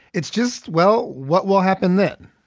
it's just, well, what will happen then?